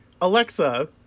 alexa